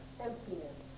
emptiness